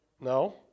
No